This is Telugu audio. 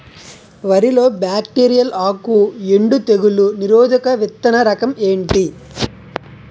వరి లో బ్యాక్టీరియల్ ఆకు ఎండు తెగులు నిరోధక విత్తన రకం ఏంటి?